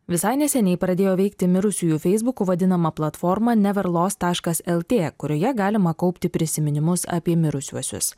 visai neseniai pradėjo veikti mirusiųjų feisbuku vadinama platforma neverlos taškas lt kurioje galima kaupti prisiminimus apie mirusiuosius